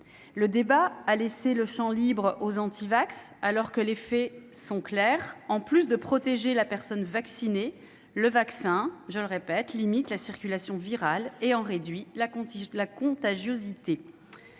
Le débat a laissé le champ libre aux antivax, alors que les faits sont clairs : en plus de protéger la personne concernée, le vaccin, je le répète, limite la circulation virale et en réduit la contagiosité.